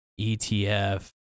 ETF